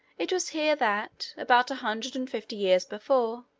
it was here that, about a hundred and fifty years before,